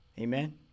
Amen